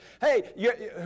Hey